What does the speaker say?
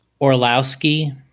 Orlowski